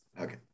okay